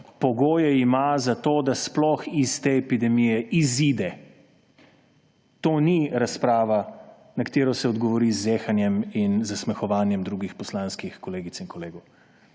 pogoje ima za to, da sploh iz te epidemije izide. To ni razprava, na katero se odgovori z zehanjem in zasmehovanjem drugih poslanskih kolegic in kolegov.